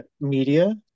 media